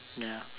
ya